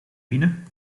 binnen